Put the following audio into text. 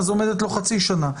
אז עומדת לו חצי שנה.